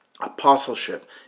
apostleship